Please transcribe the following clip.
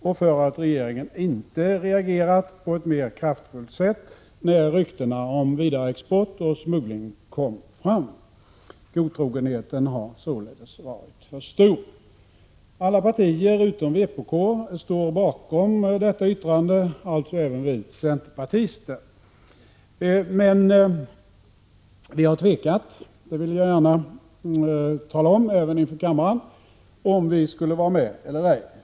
Regeringen kritiseras för att inte ha reagerat på ett mer kraftfullt sätt när ryktena om vidareexport och smuggling kom fram. Godtrogenheten har således varit för stor. Alla partier förutom vpk står bakom detta yttrande — alltså även vi centerpartister. Men vi har tvekat, det vill jag gärna tala om även inför kammaren, om vi skulle vara med eller ej.